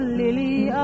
lily